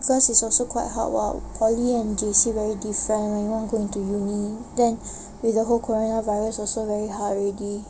cause it's also quite hard [what] poly and J_C very different you know go into uni~ then with the whole coronavirus also very hard already